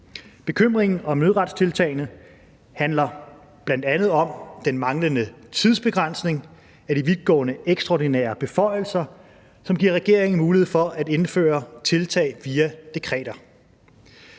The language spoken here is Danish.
Bekymringen om nødretstiltagene handler bl.a. om den manglende tidsbegrænsning af de vidtgående, ekstraordinære beføjelser, som giver regeringen mulighed for at indføre tiltag via dekreter.